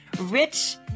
rich